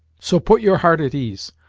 so put your heart at ease,